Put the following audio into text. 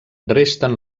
resten